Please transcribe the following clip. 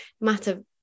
matter